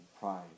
pride